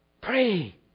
Pray